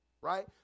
Right